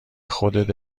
خودت